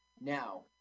Now